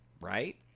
right